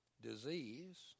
disease